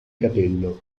capello